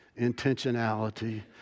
intentionality